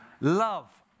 Love